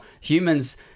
humans